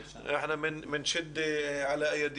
(מדברת בערבית).